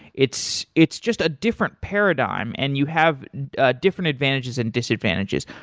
it's it's just a different paradigm and you have ah different advantages and disadvantages.